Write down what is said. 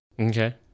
Okay